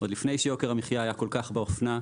עוד לפני שיוקר המחייה היה כל כך באופנה.